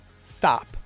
stop